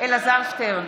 אלעזר שטרן,